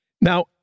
Now